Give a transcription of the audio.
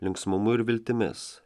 linksmumu ir viltimis